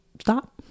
Stop